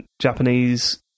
Japanese